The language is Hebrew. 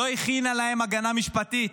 לא הכינה להם הגנה משפטית,